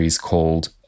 called